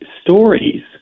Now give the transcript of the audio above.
stories